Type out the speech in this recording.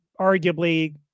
arguably